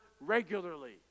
regularly